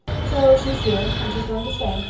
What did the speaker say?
so she's here and she's going to stay.